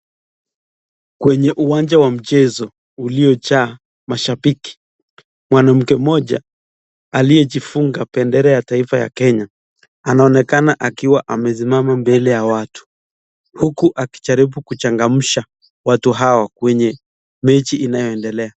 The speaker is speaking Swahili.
Kwenye uwanja wa mchezo uliojaa mashabiki, mwanamke mmoja aliyejifunga bendera ya taifa ya Kenya. Anaonekana akiwa amesimama mbele ya watu, huku akijaribu kuchangamsha watu hawa kwenye mechi inayoendelea.